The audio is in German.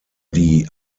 die